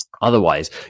Otherwise